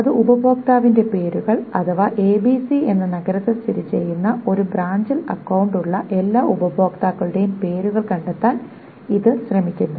അത് ഉപഭോക്താവിന്റെ പേരുകൾ അഥവാ ABC എന്ന നഗരത്തിൽ സ്ഥിതി ചെയ്യുന്ന ഒരു ബ്രാഞ്ചിൽ അക്കൌണ്ട് ഉള്ളഎല്ലാ ഉപഭോക്താക്കളുടെയും പേരുകൾ കണ്ടെത്താൻ ഇത് ശ്രമിക്കുന്നു